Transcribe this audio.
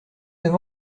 neuf